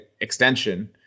extension